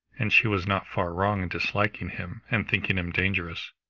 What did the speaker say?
and she was not far wrong in disliking him and thinking him dangerous.